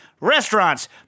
restaurants